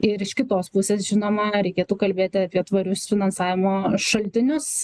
ir iš kitos pusės žinoma reikėtų kalbėti apie tvarius finansavimo šaltinius